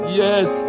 yes